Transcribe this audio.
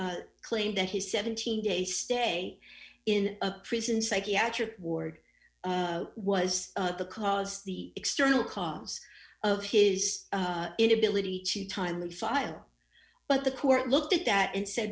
step claim that his seventeen day stay in a prison psychiatric ward was the cause the external cause of his inability to timely file but the court looked at that and sa